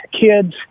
kids